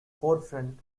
forefront